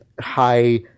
high